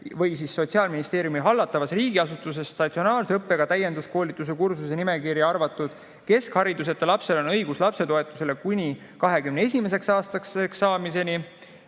või Sotsiaalministeeriumi hallatava riigiasutuse statsionaarse õppega täienduskoolituse kursuse nimekirja arvatud keskhariduseta lapsel on õigus lapsetoetusele kuni 21-aastaseks saamiseni.